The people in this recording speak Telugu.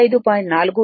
47 యాంపియర్